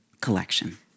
collection